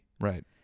Right